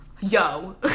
Yo